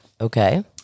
Okay